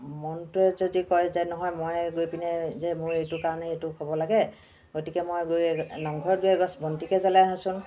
মনটোৱে যদি কয় যে নহয় মই গৈ পিনে যে মোৰ এইটো কাৰণে এইটো হ'ব লাগে গতিকে মই গৈ নামঘৰত গৈ এগছ বন্তিকে জ্বলাই আহোঁচোন